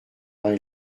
vin